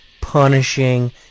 punishing